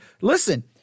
listen